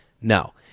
No